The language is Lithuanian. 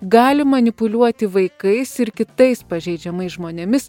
gali manipuliuoti vaikais ir kitais pažeidžiamais žmonėmis